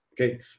Okay